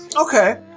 okay